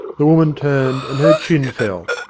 the woman turned, and her chin fell.